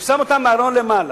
הוא שם אותה בארון למעלה,